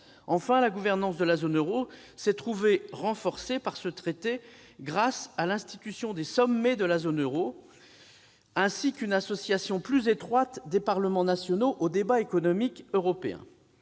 Enfin, la gouvernance de la zone euro s'est trouvée renforcée par ce traité grâce à l'institution des sommets de la zone euro, ainsi que par une association plus étroite des parlements nationaux au débat économique européen.